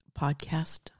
podcast